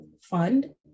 fund